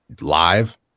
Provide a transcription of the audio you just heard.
live